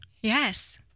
Yes